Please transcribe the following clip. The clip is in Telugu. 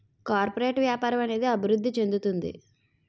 కార్పొరేట్ వ్యాపారం అనేది అభివృద్ధి చెందుతుంది